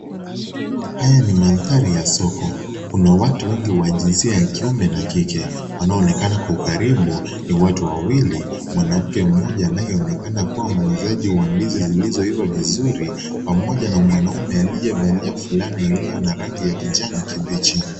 Haya ni mandhari ya soko. Kuna watu wengi wa jinsia ya kiume na kike. Wanaoonekana kwa ukaribu, ni watu wawili, mwanamke mmoja anayeonekana kuwa muuzaji wa ndizi zilizoiva vizuri pamoja na mwanaume aliyevalia fulana iliyo na rangi ya kijani kibichi.